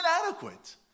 inadequate